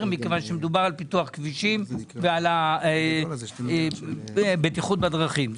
מכיוון שמדובר על פיתוח כבישים ועל בטיחות בדרכים.